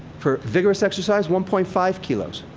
for rigorous exercise, one point five kilos.